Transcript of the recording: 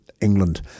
England